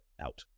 out